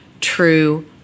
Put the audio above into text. true